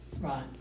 Right